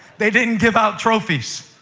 they didn't give out trophies,